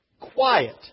quiet